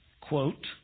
quote